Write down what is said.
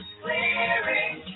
clearing